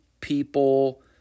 people